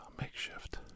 makeshift